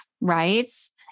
rights